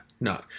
No